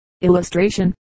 Illustration